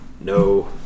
No